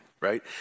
right